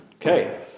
Okay